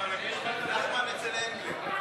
נחמן אצל הנדלר.